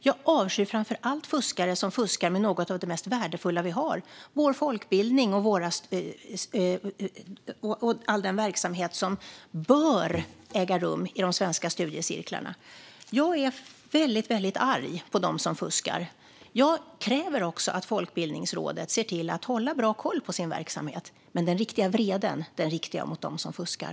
Jag avskyr framför allt fuskare som fuskar med något av det mest värdefulla vi har, nämligen vår folkbildning och all den verksamhet som bör äga rum i de svenska studiecirklarna. Jag är arg på dem som fuskar. Jag kräver också att Folkbildningsrådet håller bra koll på sin verksamhet. Men den riktiga vreden riktar jag mot dem som fuskar.